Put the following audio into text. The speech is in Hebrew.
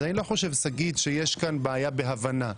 אני לא חושב שיש כאן בעיה של הבנה.